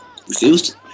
refused